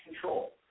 control